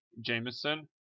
Jameson